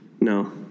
No